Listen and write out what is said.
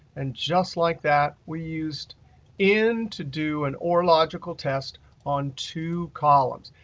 and just like that, we used in to do an or logical test on two columns.